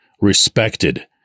respected